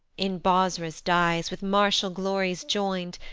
in bosrah's dies, with martial glories join'd,